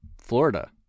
Florida